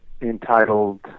entitled